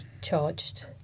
charged